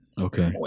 Okay